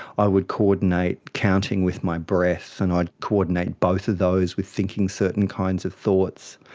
i would coordinate counting with my breath and i'd coordinate both of those with thinking certain kinds of thoughts,